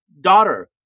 daughter